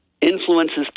influences